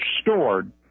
stored